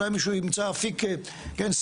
אולי מישהו ימצא אפיק כן,